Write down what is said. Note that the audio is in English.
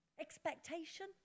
Expectation